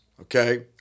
Okay